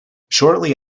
shortly